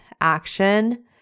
Action